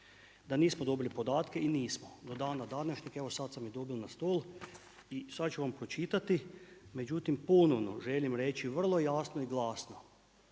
da nismo dobili podatke i nismo do dana današnjeg. Evo sad sam ih dobil na stol i sad ću vam pročitati. Međutim, ponovno želim reći vrlo jasno i glasno